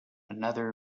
another